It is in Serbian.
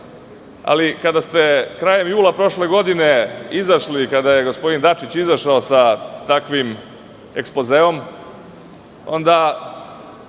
Ali, kada ste krajem jula prošle godine, izašli, kada je gospodin Dačić izašao sa takvim ekspozeom, onda